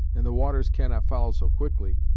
and the waters cannot follow so quickly,